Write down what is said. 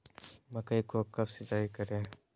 मकई को कब सिंचाई करे?